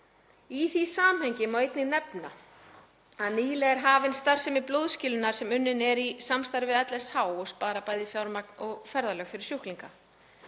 Í því samhengi má einnig nefna að nýlega er hafin starfsemi blóðskilunar sem unnin er í samstarfi við LSH sem sparar bæði fjármagn og ferðalög fyrir sjúklinga.